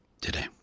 today